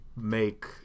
make